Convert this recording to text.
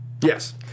Yes